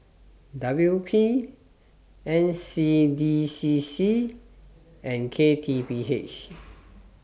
W P N C D C C and K T P H